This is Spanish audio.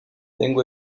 tengo